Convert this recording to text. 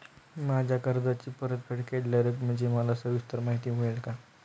माझ्या कर्जाची परतफेड केलेल्या रकमेची मला सविस्तर माहिती मिळेल का?